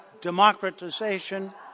Democratization